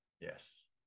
Yes